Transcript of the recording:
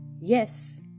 yes